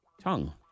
Tongue